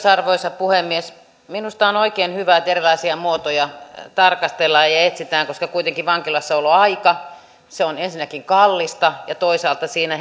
arvoisa puhemies minusta on oikein hyvä että erilaisia muotoja tarkastellaan ja ja etsitään koska kuitenkin vankilassaoloaika on ensinnäkin kallista ja toisaalta siinä